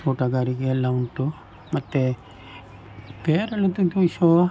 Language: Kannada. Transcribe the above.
ತೋಟಗಾರಿಕೆ ಎಲ್ಲ ಉಂಟು ಮತ್ತೆ ಪೇರಳೆ ಅಂತಿಂತು ಶೋ